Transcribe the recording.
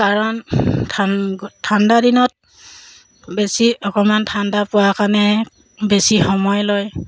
কাৰণ ঠাণ্ডাদিনত বেছি অকণমান ঠাণ্ডা পোৱা কাৰণে বেছি সময় লয়